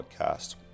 podcast